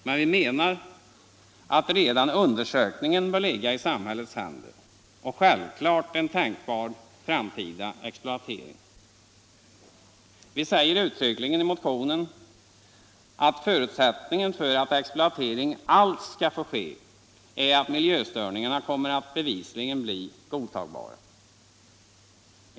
Men vi menar att redan undersökningen bör ligga i samhällets händer, liksom självfallet en tänkbar framtida exploatering. Vi säger uttryckligen i motionen att förutsättningen för att exploatering alls skall få ske är att miljöstörningarna kommer att bli bevisligen godtagbara.